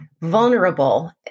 vulnerable